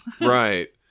right